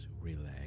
relax